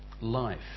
life